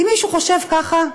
אם מישהו חושב ככה,